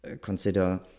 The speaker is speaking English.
consider